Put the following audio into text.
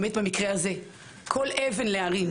באמת במקרה הזה כל אבן להרים,